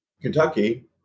Kentucky